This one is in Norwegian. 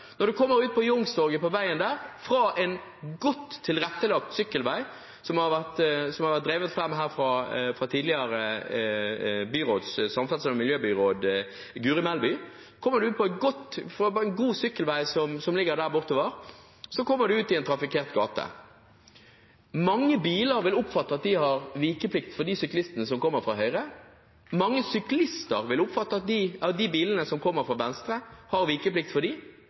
fra en godt tilrettelagt sykkelvei, som har vært drevet fram fra tidligere samferdsels- og miljøbyråd Guri Melby, fra en god sykkelvei som går bortover, kommer en ut i en trafikkert gate. Mange bilister vil oppfatte at de har vikeplikt for de syklistene som kommer fra høyre. Mange syklister vil oppfatte at de bilene som kommer fra venstre, har vikeplikt for dem, men syklistene har i realiteten vikeplikt for alle når de